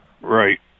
Right